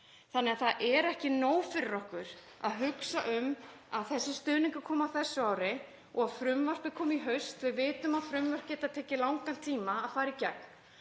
Þannig að það er ekki nóg fyrir okkur að hugsa um að þessi stuðningur komi á þessu ári og að frumvarpið komi í haust. Við vitum að frumvörp geta tekið langan tíma að fara í gegn.